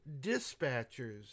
dispatchers